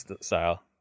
style